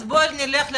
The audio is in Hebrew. אז בוא נלך ל-48,